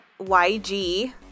YG